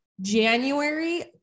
January